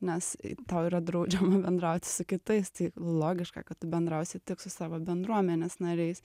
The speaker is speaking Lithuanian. nes tau yra draudžiama bendrauti su kitais tai logiška kad tu bendrausi tik su savo bendruomenės nariais